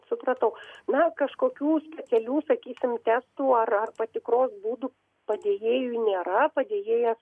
supratau na kažkokių specialių sakysim testų ar ar patikros būdų padėjėjui nėra padėjėjas